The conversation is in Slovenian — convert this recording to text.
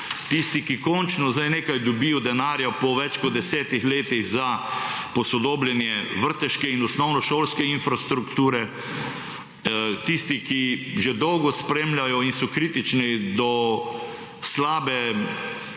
tisti, ki končno zdaj nekaj dobijo denarja po več kot 10 letih za posodobljenje vrteške in osnovnošolske infrastrukture, tisti, ki že dolgo spremljajo in so kritični do slabega